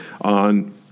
on